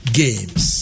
games